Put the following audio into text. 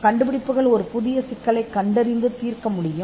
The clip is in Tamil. கண்டுபிடிப்புகள் ஒரு புதிய சிக்கலைக் கண்டறிந்து தீர்க்கவும் முடியும்